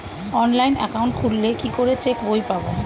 Online account খুললে কি করে চেক বই পাব?